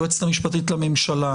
היועצת המשפטית לממשלה,